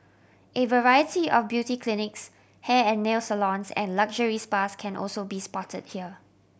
a variety of beauty clinics hair and nail salons and luxury spas can also be spotted here